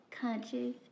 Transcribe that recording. conscious